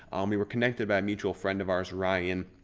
um we were connected by a mutual friend of ours ryan,